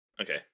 Okay